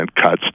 cuts